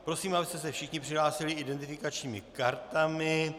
Prosím, abyste se všichni přihlásili identifikačními kartami.